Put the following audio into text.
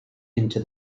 into